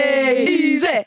easy